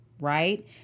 right